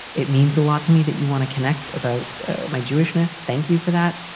it means a lot to me that you want to connect about my jewishness. thank you for that.